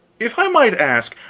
if i might ask,